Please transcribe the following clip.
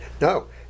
no